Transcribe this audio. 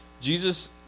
Jesus